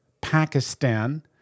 Pakistan